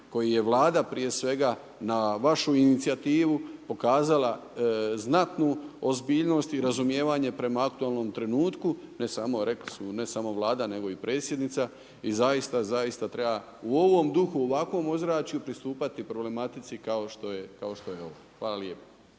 koji je Vlada prije svega na vašu inicijativu pokazala znatnu ozbiljnost i razumijevanje prema aktualnom trenutku, ne samo, rekli smo, ne samo Vlada, nego i Predsjednica, i zaista, zaista treba u ovom duhu, u ovakvom ozračju pristupati problematici kao što je ova. Hvala lijepa.